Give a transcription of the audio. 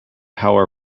power